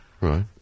Right